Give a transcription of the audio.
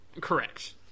correct